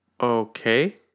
Okay